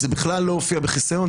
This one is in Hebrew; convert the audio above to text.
זה בכלל לא הופיע בחיסיון,